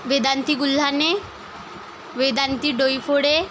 Vedanti Gulhane Vedanti Doiphode